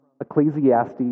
Ecclesiastes